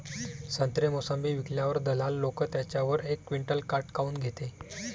संत्रे, मोसंबी विकल्यावर दलाल लोकं त्याच्यावर एक क्विंटल काट काऊन घेते?